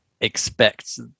expect